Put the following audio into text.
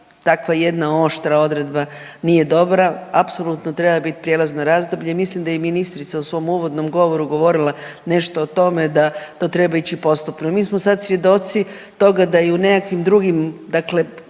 tako jedna oštra odredba nije dobra. Apsolutno treba biti prijelazno razdoblje i mislim da je i ministrica u svom uvodnom govoru govorila nešto o tome da to treba ići postupno. Mi smo sada svjedoci toga da i u nekakvim drugim dakle